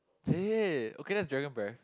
is it okay that's dragon breath